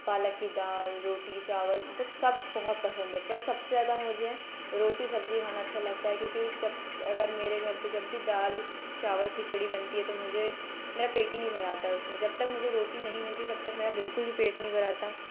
पालक की दाल रोटी चावल मतब सब बहुत पसंद है पर सबसे ज़्यादा मुझे रोटी सब्ज़ी खाना अच्छा लगता है क्योंकि जब अगर मेरे घर पर जब भी दाल चावल खिचड़ी बनती है तो मुझे मेरा पेट ही नहीं भर्ता उसमें जब तक मुझे रोटी नहीं मिलती तब तक मेरा बिल्कुल भी पेट नहीं भरता